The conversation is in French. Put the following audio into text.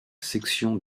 section